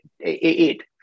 eight